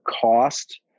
cost